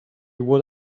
what